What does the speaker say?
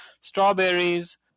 strawberries